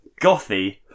gothy